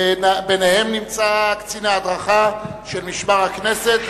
ביניהם נמצא קצין ההדרכה של משמר הכנסת,